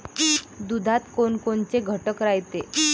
दुधात कोनकोनचे घटक रायते?